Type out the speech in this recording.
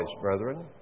brethren